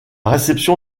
réception